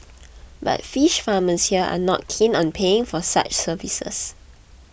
but fish farmers here are not keen on paying for such services